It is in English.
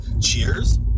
cheers